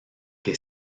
que